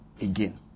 again